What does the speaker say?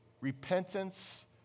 repentance